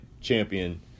champion